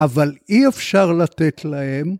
‫אבל אי אפשר לתת להם.